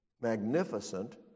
magnificent